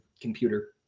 computer